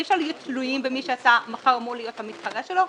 אי אפשר להיות תלויים במי שאתה מחר אמור להיות המתחרה שלו.